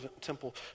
temple